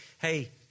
hey